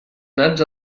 nats